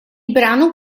brano